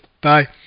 bye